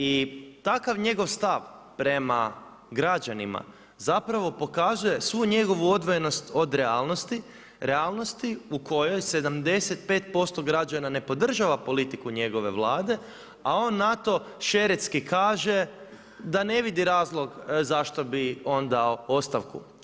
I takav njegov stav prema građanima, zapravo pokazuje svu njegovu odvojenost od realnosti, realnosti u kojoj 75% građana ne podržava politiku njegove Vlade a on na to šeretski kaže da ne vidi razlog zašto bi on dao ostavku.